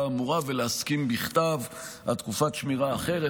האמורה ולהסכים בכתב על תקופת שמירה אחרת,